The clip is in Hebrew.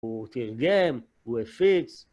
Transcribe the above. הוא תרגם, הוא הפיץ.